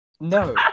no